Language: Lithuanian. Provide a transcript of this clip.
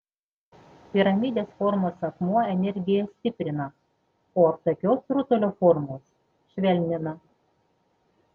piramidės formos akmuo energiją stiprina o aptakios rutulio formos švelnina